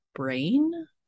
brain